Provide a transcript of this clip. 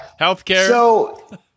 Healthcare